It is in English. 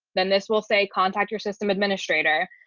then this will say contact your system administrator.